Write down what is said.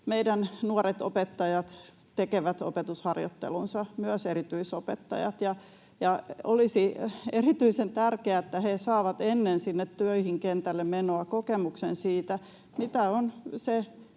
meidän nuoret opettajat tekevät opetusharjoittelunsa, myös erityisopettajat. Olisi erityisen tärkeää, että he saavat ennen sinne kentälle töihin menoa kokemuksen siitä, mitä on se,